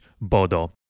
Bodo